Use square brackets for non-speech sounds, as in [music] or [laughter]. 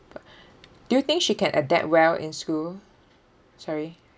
b~ [breath] do you think she can adapt well in school sorry